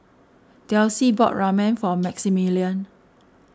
Delsie bought Ramen for Maximillian